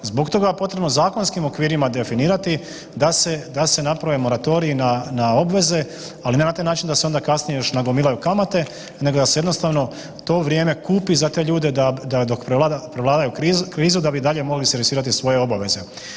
Zbog toga je potrebno zakonskim okvirima definirati da se naprave moratoriji na obveze, ali ne na taj način da se onda kasnije još nagomilaju kamate, nego da se jednostavno to vrijeme kupi za te ljude, da dok prevladaju krizu, da bi dalje mogli servisirati svoje obaveze.